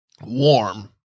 warm